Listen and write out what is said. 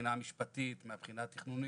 מבחינה משפטית ומבחינה תכנונית,